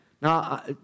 Now